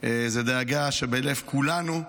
זו דאגה שבלב כולנו.